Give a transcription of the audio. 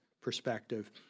perspective